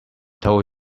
told